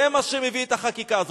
זה מה שמביא את החקיקה הזאת.